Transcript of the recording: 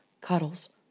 cuddles